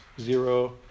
zero